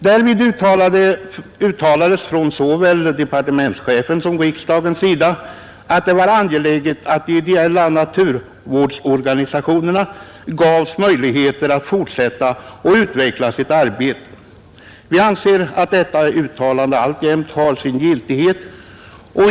Därvid uttalades från såväl departementschefens som riksdagens sida att det var angeläget att de idéella naturvårdsorganisationerna gavs möjligheter att fortsätta att utveckla sitt arbete. Vi anser att detta uttalande alltjämt har sin giltighet.